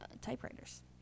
typewriters